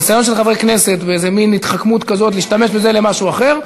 הניסיון של חברי כנסת באיזה מין התחכמות כזאת להשתמש בזה למשהו אחר,